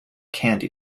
candy